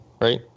right